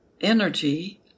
energy